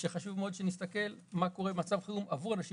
שחשוב מאוד שנסתכל מה קורה במצב חירום עבור אנשים